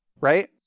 right